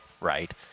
right